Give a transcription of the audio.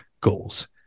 goals